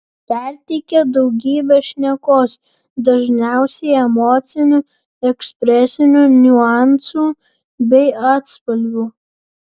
perteikia daugybę šnekos dažniausiai emocinių ekspresinių niuansų bei atspalvių